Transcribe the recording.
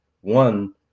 one